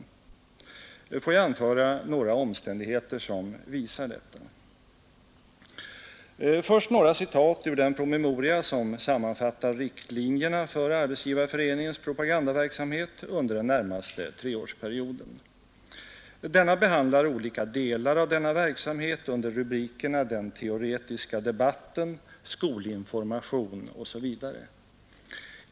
Får jag anföra några omständigheter som visar detta. Först några citat ur den promemoria som sammanfattar riktlinjerna för Arbetsgivareföreningens propagandaverksamhet under den närmaste treårsperioden. Denna behandlar olika delar av denna verksamhet under rubrikerna Den teoretiska debatten, Skolinformation osv.